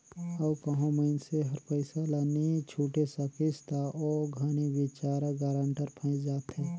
अउ कहों मइनसे हर पइसा ल नी छुटे सकिस ता ओ घनी बिचारा गारंटर फंइस जाथे